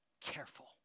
careful